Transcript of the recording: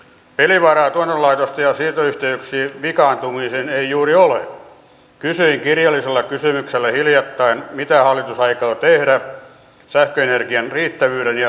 edustaja huovinen viittasi anneli pohjolaan jota erittäin suuresti arvostan niin kuin varmasti tässä salissa jokainen meistä joka hänet tuntee ja tietää